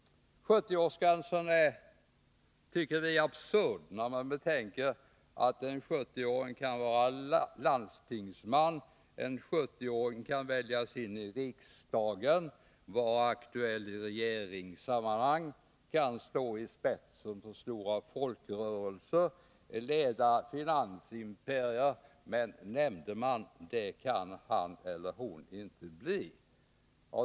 70-årsgränsen är absurd, tycker vi, när man betänker att en 70-åring kan vara landstingsman, väljas in i riksdagen, vara aktuell i regeringssammanhang, stå i spetsen för stora folkrörelser eller leda finansimperier. Men nämndeman kan han inte bli.